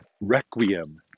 Requiem